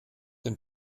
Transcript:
dem